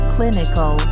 Clinical